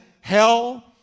hell